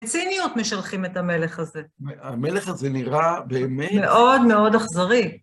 ציניות משלחים את המלך הזה. המלך הזה נראה באמת... מאוד מאוד אכזרי.